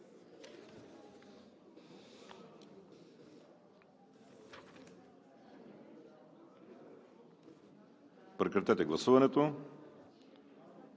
Прекратете гласуването.